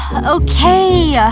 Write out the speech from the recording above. okay.